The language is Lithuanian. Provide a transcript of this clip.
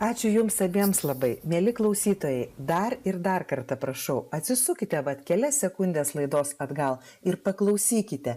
ačiū jums abiems labai mieli klausytojai dar ir dar kartą prašau atsisukite vat kelias sekundes laidos atgal ir paklausykite